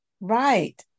Right